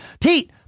Pete